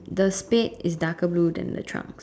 the state is dark blue than the trunks